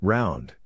Round